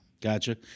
Gotcha